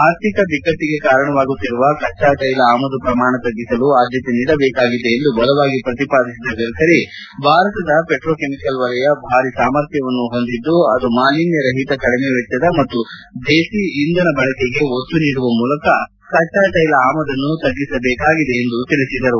ಆರ್ಥಿಕ ಬಿಕ್ಕಟ್ಟಿಗೆ ಕಾರಣವಾಗುತ್ತಿರುವ ಕಚ್ಚಾತ್ವೆಲ ಆಮದು ಪ್ರಮಾಣ ತಗ್ಗಿಸಲು ಆದ್ಯತೆ ನೀಡಬೇಕಾಗಿದೆ ಎಂದು ಬಲವಾಗಿ ಪ್ರತಿಪಾದಿಸಿದ ಗಡ್ಕರಿ ಅವರು ಭಾರತದ ಪೆಟ್ರೋಕೆಮಿಕಲ್ ವಲಯ ಭಾರಿ ಸಾಮರ್ಥ್ಯವನ್ನು ಹೊಂದಿದ್ದು ಅದು ಮಾಲಿನ್ಯರಹಿತ ಕಡಿಮೆ ವೆಚ್ಚದ ಮತ್ತು ದೇಸಿ ಇಂಧನ ಬಳಕೆಗೆ ಒತ್ತು ನೀಡುವ ಮೂಲಕ ಕಚ್ಚಾತ್ವೆಲ ಆಮದನ್ನು ತಗ್ಗಿಸಬೇಕಾಗಿದೆ ಎಂದು ಹೇಳಿದರು